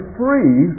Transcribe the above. free